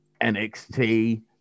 NXT